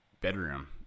bedroom